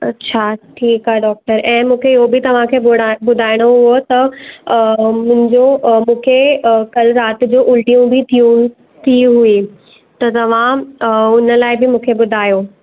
अच्छा ठीकु आहे डॉक्टर ऐं मूंखे उहो बि तव्हांखे ॿुधाइणो हुओ त मुंहिंजो मूंखे कल्ह रात जो उल्टियूं बि थियूं थियूं हुई त तव्हां उन लाइ बि मूंखे ॿुधायो